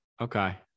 Okay